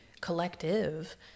collective